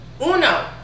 uno